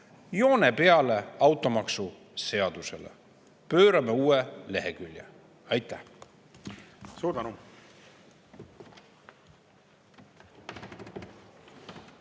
joone peale automaksu seadusele! Pöörame uue lehekülje! Aitäh!